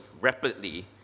rapidly